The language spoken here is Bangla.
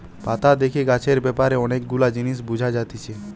পাতা দেখে গাছের ব্যাপারে অনেক গুলা জিনিস বুঝা যাতিছে